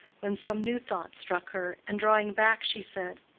when some new thought struck her, and drawing back she said,